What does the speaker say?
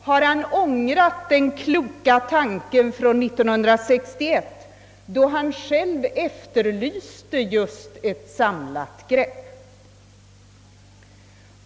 Har finansministern ångrat den kloka tanken från 1961, då han själv efterlyste just ett samlat grepp?